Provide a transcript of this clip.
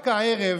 רק הערב,